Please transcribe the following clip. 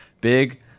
big